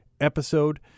episode